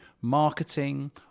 marketing